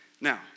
Now